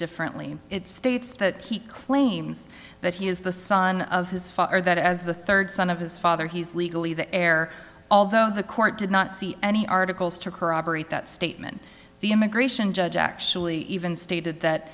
differently it states that he claims that he is the son of his father that as the third son of his father he's legally the heir although the court did not see any articles to corroborate that statement the immigration judge actually even stated that